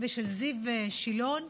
ושל זיו שילון,